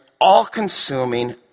all-consuming